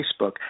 Facebook